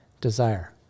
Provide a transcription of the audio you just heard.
desire